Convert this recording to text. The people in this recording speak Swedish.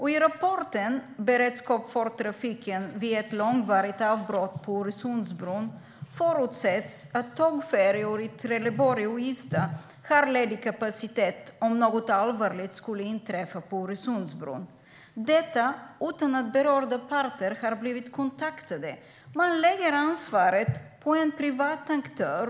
I en rapport om beredskapen för trafik vid ett långvarigt avbrott på Öresundsbron förutsätts att tågfärjor i Trelleborg och Ystad har ledig kapacitet om något allvarligt skulle inträffa på Öresundsbron, detta utan att berörda parter har blivit kontaktade. Man lägger ansvaret på en privat aktör.